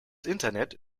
internet